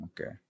Okay